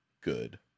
good